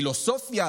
פילוסופיה,